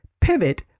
pivot